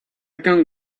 can